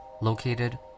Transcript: located